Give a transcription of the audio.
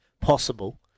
possible